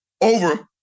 over